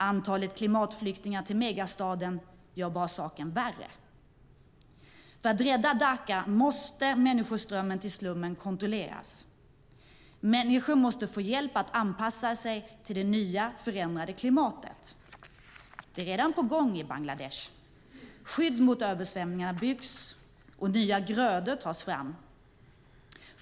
Antalet klimatflyktingar till megastaden gör bara saken värre. För att rädda Dhaka måste människoströmmen till slummen kontrolleras. Människor måste få hjälp att anpassa sig till det nya, förändrade klimatet. Det är redan på gång i Bangladesh. Skydd mot översvämningarna byggs, och nya grödor tas fram.